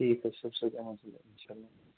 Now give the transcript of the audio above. ٹھیٖک حظ چھِ صُبحس حظ یِمَو سُلی اِنشاء اللہ